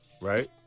right